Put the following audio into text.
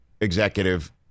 executive